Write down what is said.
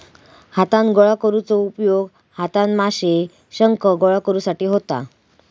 हातान गोळा करुचो उपयोग हातान माशे, शंख गोळा करुसाठी होता